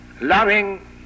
loving